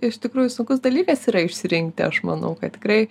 iš tikrųjų sunkus dalykas yra išsirinkti aš manau kad tikrai